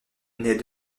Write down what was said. naît